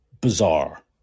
bizarre